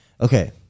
Okay